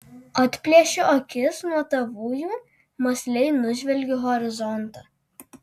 atplėšiu akis nuo tavųjų mąsliai nužvelgiu horizontą